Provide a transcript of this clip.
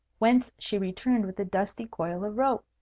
whence she returned with a dusty coil of rope.